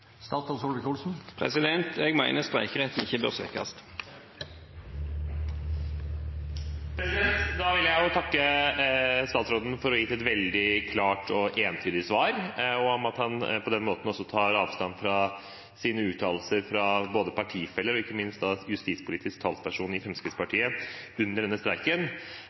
Jeg mener at streikeretten ikke bør svekkes. Jeg vil takke statsråden for å ha gitt et veldig klart og entydig svar, og for at han på den måten også tar avstand fra uttalelser fra både partifeller og, ikke minst, justispolitisk talsperson i Fremskrittspartiet under denne streiken.